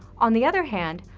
on the other hand,